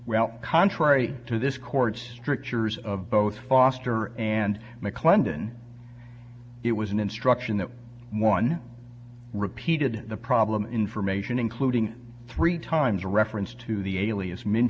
well contrary to this court's strictures of both foster and mclendon it was an instruction that one repeated the problem information including three times a reference to the alias men